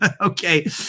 okay